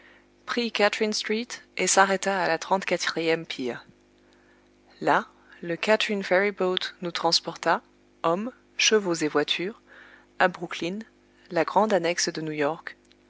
bowery street prit katrin street et s'arrêta à la trente quatrième pier là le katrinferryboat nous transporta hommes chevaux et voiture à brooklyn la grande annexe de new york